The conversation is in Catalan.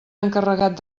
encarregat